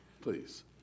Please